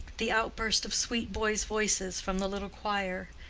the outburst of sweet boys' voices from the little choir,